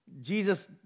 Jesus